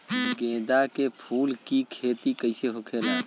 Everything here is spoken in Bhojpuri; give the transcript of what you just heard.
गेंदा के फूल की खेती कैसे होखेला?